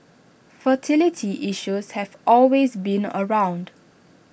fertility issues have always been around